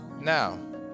Now